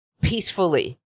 peacefully